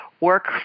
work